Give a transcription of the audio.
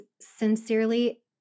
sincerely